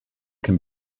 can